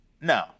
No